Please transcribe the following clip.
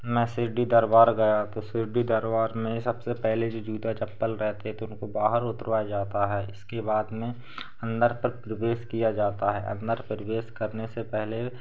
मैं शिरडी दरबार गया तो शिरडी दरबार में सबसे पहले जो जूते चप्पल रहते हैं उसको बाहर उतरवाया जाता है इसके बाद में अन्दर प्रवेश किया जाता है अन्दर प्रवेश करने से पहले